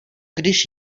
když